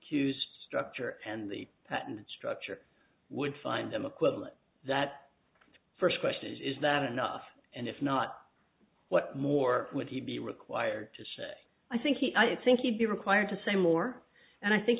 to structure and the patent structure would find them equivalent that the first question is is that enough and if not what more would he be required to say i think he i think he'd be required to say more and i think